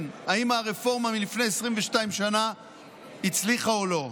לפיהם אם הרפורמה לפני 22 שנה הצליחה או לא.